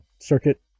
circuit